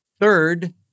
Third